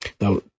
Now